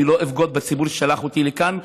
ואני לא אבגוד בציבור ששלח אותי לכאן.